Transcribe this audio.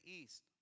east